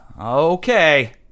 Okay